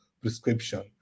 prescription